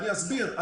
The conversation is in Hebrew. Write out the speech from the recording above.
אני אסביר.